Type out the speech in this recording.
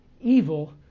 evil